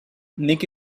nick